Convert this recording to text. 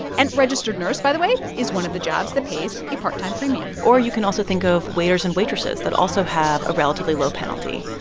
and registered nurse, by the way, is one of the jobs that pays a part-time premium or you can also think of waiters and waitresses that also have a relatively low penalty.